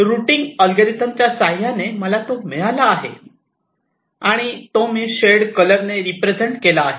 routing algorithm च्या साह्याने मला तो मिळाला आहे आणि तो मी शेड कलर ने रिप्रेझेंट केला आहे